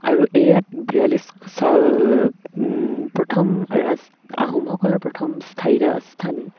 আৰু এইয়াত বিয়াল্লিশ প্ৰথম ৰাজ আহোমসকলৰ প্ৰথম স্থায়ী ৰাজধানী